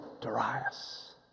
Darius